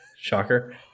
Shocker